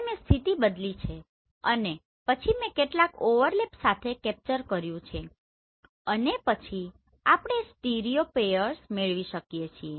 હવે મેં સ્થિતિ બદલી છે અને પછી મેં કેટલાક ઓવરલેપ સાથે કેપ્ચર કર્યું છે અને પછી આપણે સ્ટીરિયોપેયર્સ મેળવી શકીએ છીએ